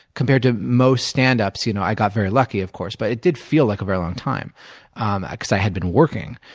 compared to most standups, you know i got very lucky, of course. but it did feel like a very long time um because i had been working.